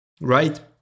right